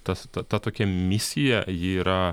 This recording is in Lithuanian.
tas ta ta tokia misija ji yra